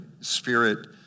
Spirit